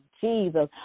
Jesus